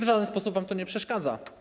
W żaden sposób wam to nie przeszkadza.